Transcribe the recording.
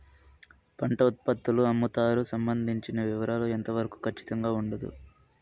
పంట ఉత్పత్తుల అమ్ముతారు సంబంధించిన వివరాలు ఎంత వరకు ఖచ్చితంగా ఉండదు?